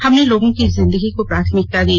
हमने लोगों की जिंदगी को प्राथमिकता दी